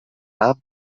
عام